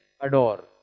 adore